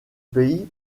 pays